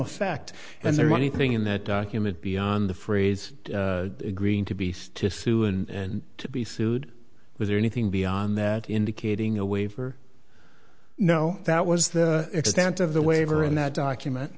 effect and there anything in that document beyond the phrase agreeing to be to sue and to be sued with anything beyond that indicating a waiver no that was the extent of the waiver in that document